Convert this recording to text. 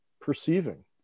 perceiving